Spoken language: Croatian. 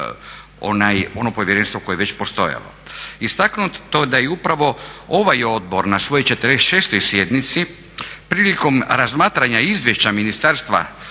ono povjerenstvo koje je već postojalo. Istaknuto je da je upravo ovaj odbor na svojoj 46. sjednici prilikom razmatranja Izvješća Ministarstva